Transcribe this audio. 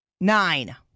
nine